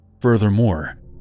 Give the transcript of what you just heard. Furthermore